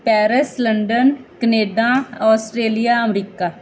Paris London Canada Australia America